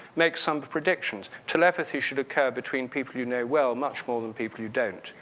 make somber predictions. telepathy should occur between people you know well much more than people you don't,